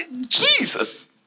jesus